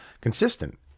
consistent